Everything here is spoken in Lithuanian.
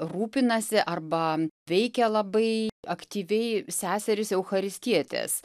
rūpinasi arba veikia labai aktyviai seserys eucharistietės